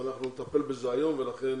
אנחנו נטפל בזה היום ולכן